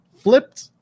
flipped